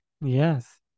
Yes